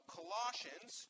Colossians